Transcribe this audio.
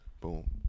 Boom